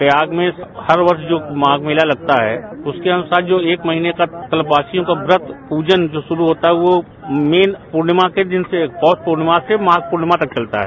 प्रयाग में हर वर्ष जो माघ मेला लगता है उसके अनुसार जो एक महीने का कल्पवासियों का वर्त पूजन जो शुरू होता है वो मेन पूर्णिमा के दिन से पौष पूर्णिमा से माघ पूर्णिमा तक चलता है